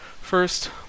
First